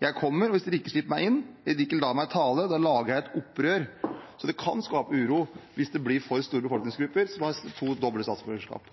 Jeg kommer, og hvis dere ikke slipper meg inn eller ikke lar meg tale, lager jeg et opprør. Så dette kan skape uro hvis det blir for store befolkningsgrupper som har dobbelt statsborgerskap.